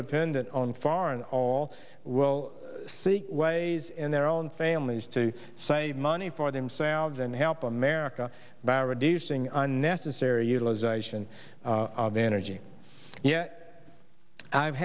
dependent on foreign all will see ways and their own families to save money for themselves and help america by reducing unnecessary utilization of energy ye